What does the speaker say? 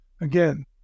again